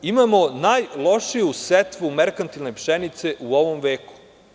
Imamo najlošiju setvu merkantilne pšenice u ovom veku.